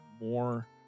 more